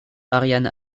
ariane